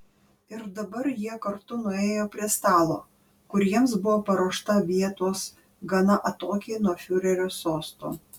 ir dabar jie kartu nuėjo prie stalo kur jiems buvo paruošta vietos gana atokiai nuo fiurerio sosto